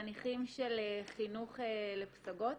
חניכים של חינוך לפסגות.